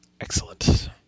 Excellent